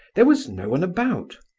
there was no one about.